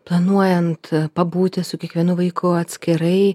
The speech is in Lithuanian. planuojant pabūti su kiekvienu vaiku atskirai